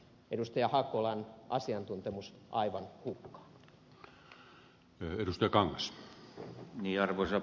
hakolan asiantuntemus aivan hukkaan